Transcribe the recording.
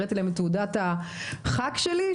הראיתי להם תעודת הח"כ שלי,